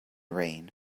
rain